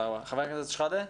חבר הכנסת אבו שחאדה.